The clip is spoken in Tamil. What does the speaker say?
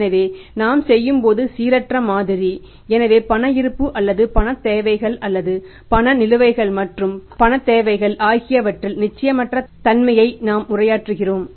எனவே நாம் பேசும்போது சீரற்ற மாதிரி எனவே பண இருப்பு அல்லது பணத் தேவைகள் அல்லது பண நிலுவைகள் மற்றும் பணத் தேவைகள் ஆகியவற்றில் நிச்சயமற்ற தன்மையை நாம் உரையாற்றுகிறோம்